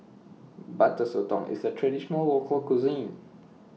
Butter Sotong IS A Traditional Local Cuisine